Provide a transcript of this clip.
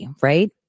right